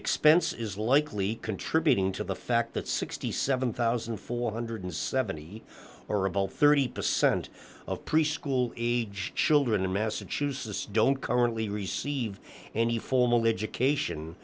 expense is likely contributing to the fact that sixty seven thousand four hundred and seventy dollars orrible thirty percent of preschool aged children in massachusetts don't currently receive any formal education